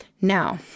Now